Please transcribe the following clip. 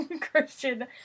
Christian